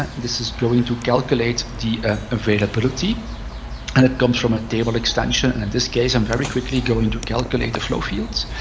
and this is going to calculate the availability. and it comes from a table extension. in and and this case, i'm very quickly going to calculate the flow fields.